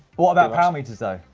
what about power metres though?